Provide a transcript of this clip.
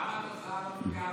לא נתקבלה.